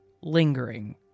Lingering